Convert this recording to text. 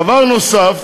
דבר נוסף,